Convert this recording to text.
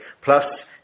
Plus